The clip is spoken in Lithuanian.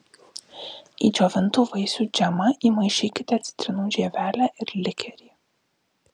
į džiovintų vaisių džemą įmaišykite citrinų žievelę ir likerį